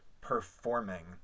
performing